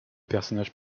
personnage